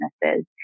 businesses